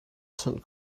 chawnh